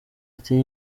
ati